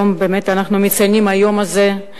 באמת אנחנו מציינים היום הזה את